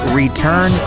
return